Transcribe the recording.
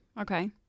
okay